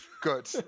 Good